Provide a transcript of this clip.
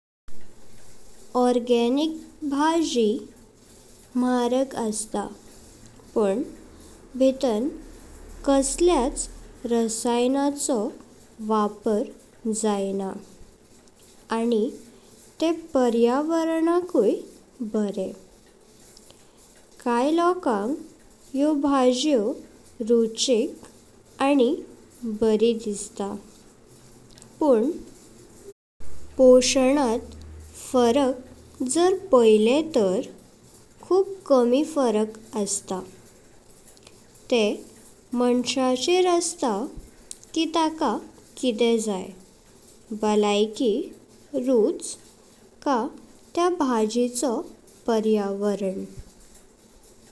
Organic भाजी म्हारग असता, पण भितां कशल्याच रसायनाचो वापार चाईना आनी ते पर्यावरणक एकदम बरे। कांय लोकांक ह्यो भाजियो रुचिक आनी बरी दिस्ता पण पोषणात फरक जरा पाईल्ले तर खूप कमी फरक असता। ते मंशाचेर असता की तका किदे जाई, बल्याके, रुच का त्या भाजेचो पर्यावरण।